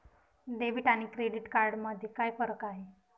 Debit आणि credit card मध्ये काय फरक आहे?